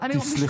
את תסלחי,